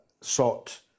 sought